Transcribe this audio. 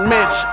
Mitch